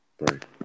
Right